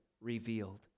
revealed